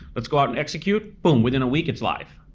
let's go out and execute. boom, within a week it's live.